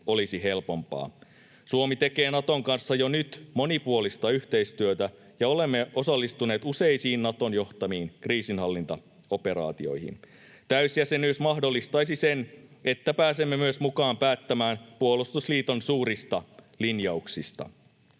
olisi helpompaa. Suomi tekee Naton kanssa jo nyt monipuolista yhteistyötä, ja olemme osallistuneet useisiin Naton johtamiin kriisinhallintaoperaatioihin. Täysjäsenyys mahdollistaisi sen, että pääsemme myös mukaan päättämään puolustusliiton suurista linjauksista.